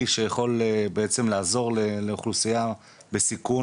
שיכול בעצם לעזור לאוכלוסייה בסיכון,